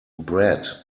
bread